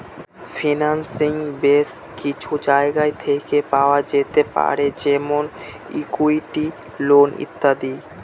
financing base কিছু জায়গা থেকে পাওয়া যেতে পারে যেমন ইকুইটি, লোন ইত্যাদি